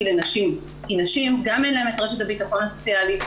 לנשים כי לנשים גם אין את רשת הביטחון הסוציאלי,